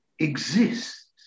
Exists